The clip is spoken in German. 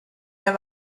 der